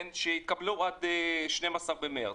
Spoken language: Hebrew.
שיקבלו עד 12 במרץ,